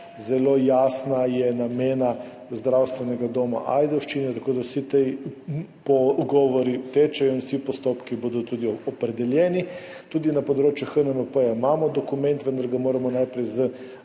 zelo jasna je namena Zdravstvenega doma Ajdovščina. Tako da vsi ti pogovori tečejo in vsi postopki bodo opredeljeni. Tudi na področju HNMP imamo dokument, vendar ga moramo najprej